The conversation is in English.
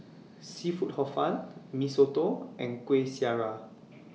Seafood Hor Fun Mee Soto and Kueh Syara